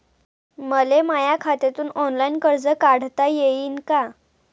मले माया खात्यातून ऑनलाईन कर्ज काढता येईन का?